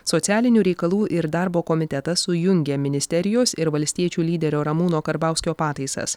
socialinių reikalų ir darbo komitetas sujungia ministerijos ir valstiečių lyderio ramūno karbauskio pataisas